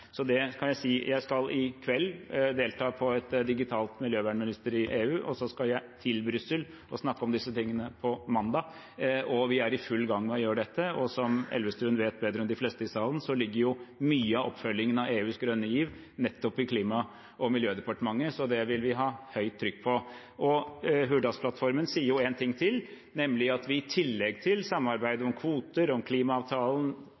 kan si at jeg i kveld skal delta på et digitalt miljøvernministermøte i EU, og så skal jeg til Brussel og snakke om disse tingene på mandag. Vi er i full gang med å gjøre dette, og som Elvestuen vet bedre enn de fleste i salen, ligger mye av oppfølgingen av EUs grønne giv nettopp i Klima- og miljødepartementet, så det vil vi ha høyt trykk på. Og Hurdalsplattformen sier jo én ting til, nemlig at vi i tillegg til samarbeidet om kvoter, om klimaavtalen,